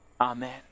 Amen